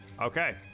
Okay